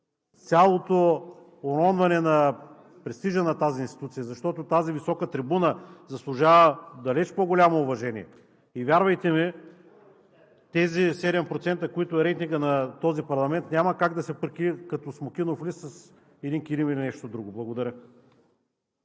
цялото уронване на престижа на тази институция, защото тази висока трибуна заслужава далеч по-голямо уважение. Вярвайте ми, тези 7%, които са рейтингът на този парламент, няма как да се прикрият като смокинов лист с един килим или нещо друго. Благодаря.